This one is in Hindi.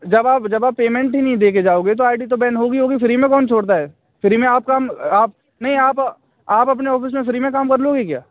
जब आप जब आप पेमेंट ही नहीं देकर जाओगे तो आई डी तो बैन होगी ही होगी फ्री में कौन छोड़ता है फ्री में आप काम आप नहीं आप आप अपने ऑफ़िस में फ्री में काम कर लोगे क्या